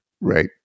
right